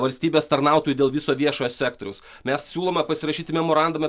valstybės tarnautojų dėl viso viešojo sektoriaus mes siūlome pasirašyti memorandume